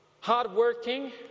hard-working